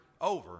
over